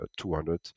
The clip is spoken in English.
200